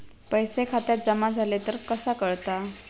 पैसे खात्यात जमा झाले तर कसा कळता?